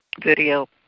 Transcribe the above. video